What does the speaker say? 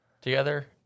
together